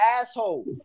asshole